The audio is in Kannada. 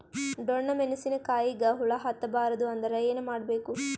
ಡೊಣ್ಣ ಮೆಣಸಿನ ಕಾಯಿಗ ಹುಳ ಹತ್ತ ಬಾರದು ಅಂದರ ಏನ ಮಾಡಬೇಕು?